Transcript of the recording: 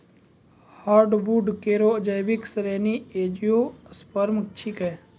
hardwood केरो जैविक श्रेणी एंजियोस्पर्म छिकै